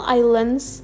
islands